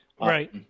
Right